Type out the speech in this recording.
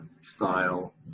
style